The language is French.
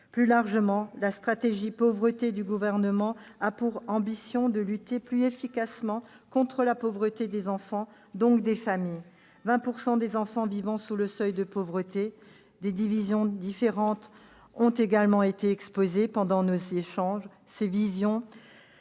Plus largement, la stratégie de prévention de la pauvreté du Gouvernement a pour ambition de lutter plus efficacement contre la pauvreté des enfants, donc des familles, quelque 20 % des enfants vivant sous le seuil de pauvreté. Des visions différentes ont également été exposées pendant nos échanges. Elles